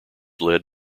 led